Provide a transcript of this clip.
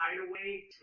hideaway